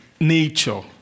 nature